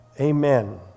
amen